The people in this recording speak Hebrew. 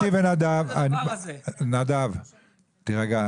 נדב, תירגע.